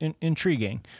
intriguing